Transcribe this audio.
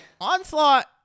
Onslaught